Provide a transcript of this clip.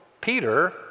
Peter